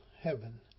heaven